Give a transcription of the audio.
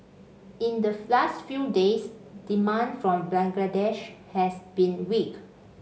in the last few days demand from Bangladesh has been weak